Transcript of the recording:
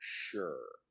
sure